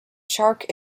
shark